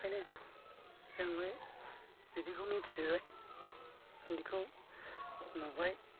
बेखायनो जों बे बिदिखौ मोनथिजोबाय बेखौ नुबाय